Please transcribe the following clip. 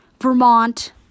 Vermont